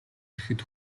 ирэхэд